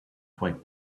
quite